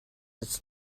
its